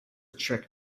trick